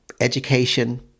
education